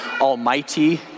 almighty